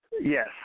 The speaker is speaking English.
Yes